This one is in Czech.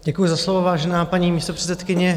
Děkuji za slovo, vážená paní místopředsedkyně.